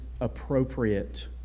appropriate